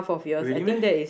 really meh